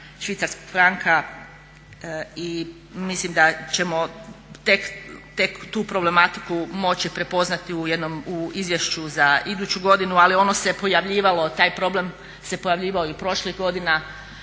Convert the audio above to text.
švicarskog franka i mislim da ćemo tek tu problematiku moći prepoznati u izvješću za iduću godinu, ali taj problem se pojavljivao i prošlih godina